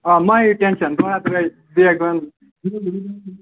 آ مہ ہیٚیِو ٹینشَن